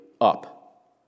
up